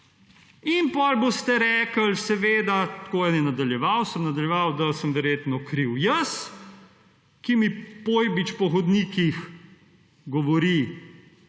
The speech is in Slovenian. In potem boste rekli seveda, tako je nadaljeval, sem nadaljeval, da sem verjetno kriv jaz, ki mi Pojbič po hodnikih govori